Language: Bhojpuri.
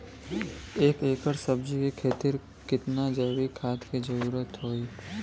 एक एकड़ सब्जी के खेती खातिर कितना जैविक खाद के जरूरत होई?